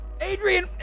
Adrian